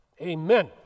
Amen